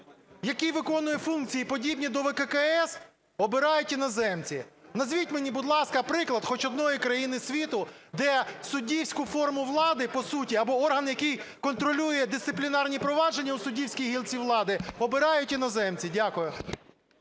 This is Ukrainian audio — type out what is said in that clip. який виконує функції, подібні до ВККС, обирають іноземці. Назвіть мені, будь ласка, приклад хоч одної країни світу, де суддівську форму влади по суті або орган, який контролює дисциплінарні провадження у суддівській гілці влади, обирають іноземці. Дякую.